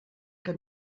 que